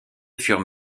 furent